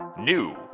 New